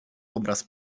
obraz